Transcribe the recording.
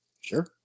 Sure